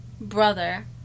brother